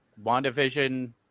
WandaVision